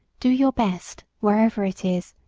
do your best wherever it is,